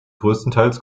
größtenteils